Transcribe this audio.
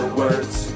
words